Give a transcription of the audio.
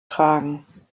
tragen